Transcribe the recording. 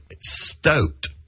stoked